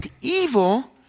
evil